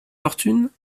fortune